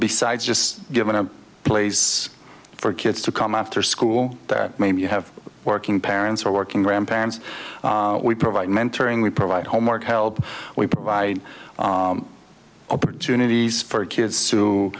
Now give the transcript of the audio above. besides just given a place for kids to come after school that maybe you have working parents or working grandparents we provide mentoring we provide homework help we provide opportunities for kids to